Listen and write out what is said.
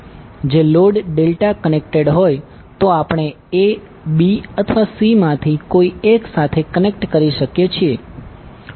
જો load delta connected હોય તો આપણે a b અથવા c માથી કોઇ એક સાથે કનેક્ટ કરી શકીએ છીએ